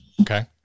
Okay